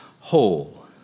whole